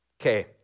Okay